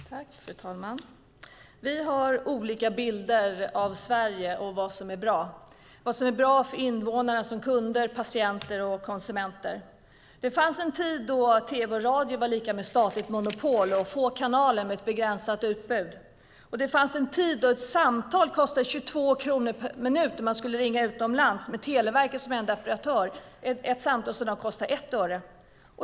Fru talman! Vi har olika bilder av Sverige och vad som är bra, det vill säga vad som är bra för invånarna som kunder, patienter och konsumenter. Det fanns en tid då tv och radio var lika med statligt monopol och få kanaler med ett begränsat utbud. Det fanns en tid då ett samtal kostade 22 kronor per minut när man skulle ringa utomlands med Televerket som enda operatör - ett samtal som i dag kostar 1 öre.